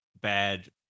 bad